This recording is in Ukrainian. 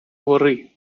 гори